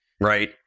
Right